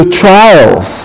trials